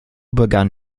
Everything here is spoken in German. begann